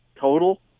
total